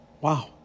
Wow